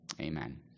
Amen